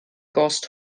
gost